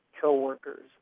coworkers